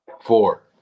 four